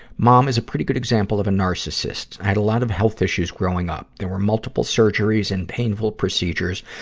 mom is a pretty good example of a narcissist. i had a lot of health issues growing up. there were multiple surgeries and painful procedures,